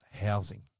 housing